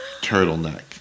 turtleneck